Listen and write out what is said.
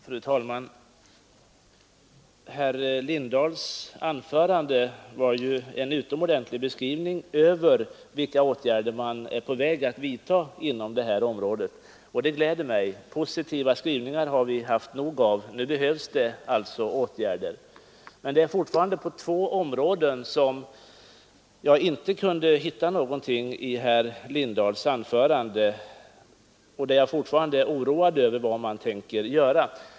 Fru talman! Detta herr Lindahls anförande var ju en utomordentlig beskrivning på vilka åtgärder man är på väg att vidta på detta område. Det gläder mig. Positiva skrivningar har vi haft nog av. Nu behövs det åtgärder. I herr Lindahls anförande kunde jag emellertid inte hitta någonting rörande två områden, där jag alltjämt är oroad över vad man tänker göra.